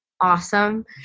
awesome